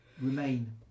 Remain